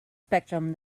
spectrum